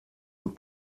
und